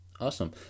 Awesome